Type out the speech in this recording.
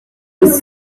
this